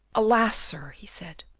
alas! sir, he said,